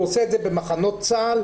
הוא עושה את זה במחנות צה"ל,